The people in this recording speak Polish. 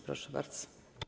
Proszę bardzo.